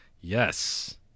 Yes